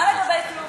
מה לגבי, ?